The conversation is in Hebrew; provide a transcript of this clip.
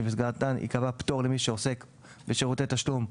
שבמסגרתן ייקבע פטור למי שעוסק בשירותי תשלום.